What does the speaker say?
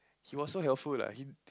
he was so helpful lah him